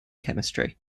chemistry